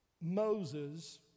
Moses